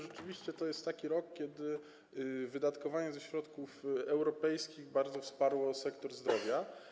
Rzeczywiście to jest taki rok, kiedy finansowanie ze środków europejskich bardzo wsparło sektor zdrowia.